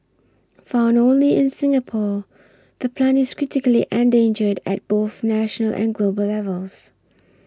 found only in Singapore the plant is critically endangered at both national and global levels